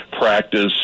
practice